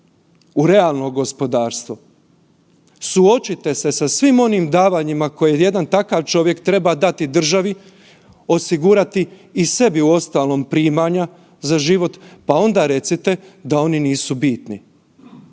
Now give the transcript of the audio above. u realno gospodarstvo, suočite se sa svim onim davanjima koje jedan takav čovjek treba dati državi, osigurati i sebi uostalom primanja za život pa onda recite da oni nisu bitni